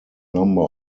number